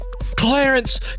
Clarence